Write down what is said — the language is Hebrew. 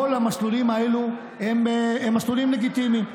כל המסלולים האלה הם מסלולים לגיטימיים,